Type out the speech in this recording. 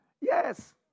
Yes